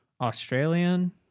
Australian